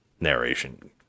narration